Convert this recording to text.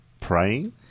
praying